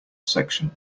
section